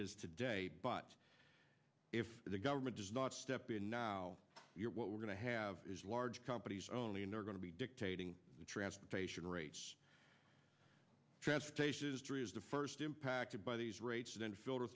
is today but if the government does not step in now what we're going to have is large companies only and they're going to be dictating transportation rates transportation is the first impacted by these rates then filter